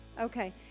okay